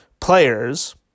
players